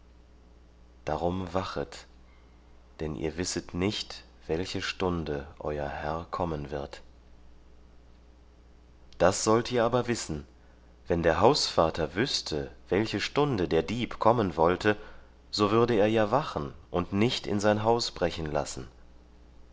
darum wachet denn ihr wisset nicht welche stunde euer herr kommen wird das sollt ihr aber wissen wenn der hausvater wüßte welche stunde der dieb kommen wollte so würde er ja wachen und nicht in sein haus brechen lassen